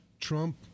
Trump